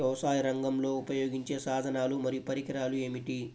వ్యవసాయరంగంలో ఉపయోగించే సాధనాలు మరియు పరికరాలు ఏమిటీ?